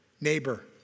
neighbor